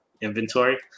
inventory